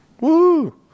Woo